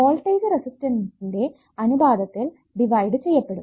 voltage റെസിസ്റ്ററിന്റെ അനുപാതത്തിൽ divide ചെയ്യപ്പെടും